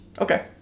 Okay